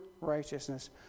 righteousness